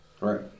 Right